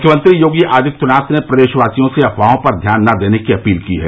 मुख्यमंत्री योगी आदित्यनाथ ने प्रदेशवासियों से अफवाहों पर ध्यान नहीं देने की अपील की है